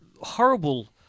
horrible